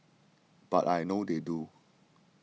but I know they do